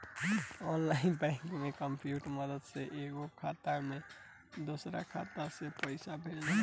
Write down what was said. online banking में computer के मदद से एगो खाता से दोसरा खाता में पइसा भेजाला